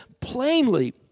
plainly